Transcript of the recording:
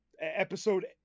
Episode